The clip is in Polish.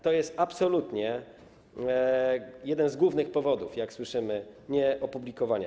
To jest absolutnie jeden z głównych powodów, jak słyszymy, nieopublikowania.